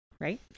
right